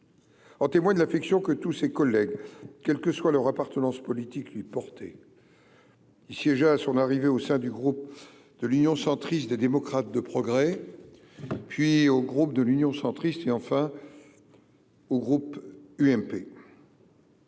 En témoigne l'affection que tous ses collègues, quelle que soit leur appartenance politique, lui portaient. Il siégea à son arrivée au sein du groupe de l'Union centriste des démocrates de progrès, puis au groupe de l'Union Centriste et, enfin, au groupe UMP.